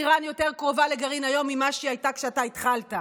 איראן יותר קרובה לגרעין היום ממה שהיא הייתה כשאתה התחלת.